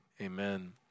Amen